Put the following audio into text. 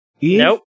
Nope